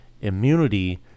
immunity